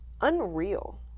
Unreal